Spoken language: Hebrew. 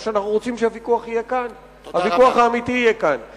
או שאנחנו רוצים שהוויכוח האמיתי יהיה קודם כול כאן?